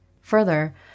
Further